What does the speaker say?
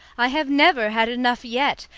i have never had enough yet,